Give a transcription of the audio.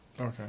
Okay